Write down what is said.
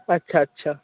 আচ্ছা আচ্ছা